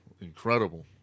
Incredible